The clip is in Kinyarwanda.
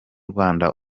rwanda